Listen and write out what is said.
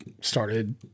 started